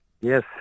yes